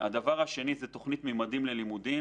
הדבר השני הוא תוכנית "ממדים ללימודים"